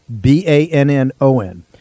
B-A-N-N-O-N